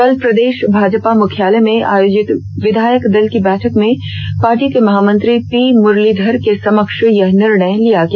कल प्रदेष भाजपा मुख्यालय में आयोजित विधायक दल की बैठक में पार्टी के महामंत्री पी मुरलीधर के समक्ष यह निर्णय लिया गया